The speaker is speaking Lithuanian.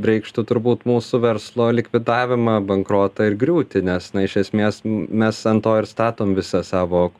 reikštų turbūt mūsų verslo likvidavimą bankrotą ir griūtį nes iš esmės mes ant to ir statom visą savo